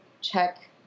check